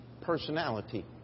personality